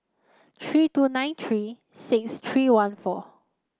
three two nine three six three one four